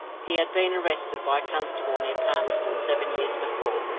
he had been arrested by a constable near palmerston seven years before,